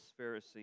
Pharisee